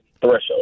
threshold